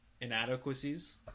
inadequacies